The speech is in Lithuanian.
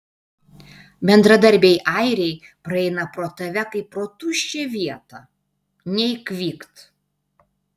bendradarbiai airiai praeina pro tave kaip pro tuščią vietą nei kvykt